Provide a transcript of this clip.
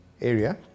area